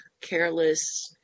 careless